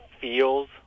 feels